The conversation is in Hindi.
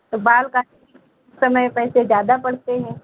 तो बाल काटते समय पैसे ज्यादा पड़ते हैं